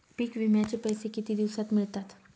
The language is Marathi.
पीक विम्याचे पैसे किती दिवसात मिळतात?